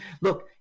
Look